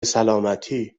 سلامتی